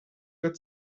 der